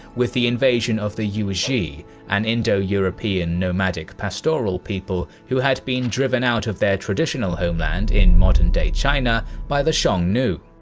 with the invasion of the yuezhi, an indo-european nomadic pastoral people who had been driven out of their traditional homeland in modern day china by the xiongnu.